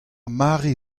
mare